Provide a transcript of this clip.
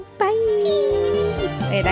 Bye